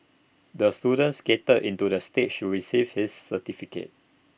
the student skated into the stage to receive his certificate